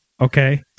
okay